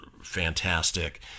fantastic